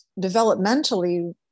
developmentally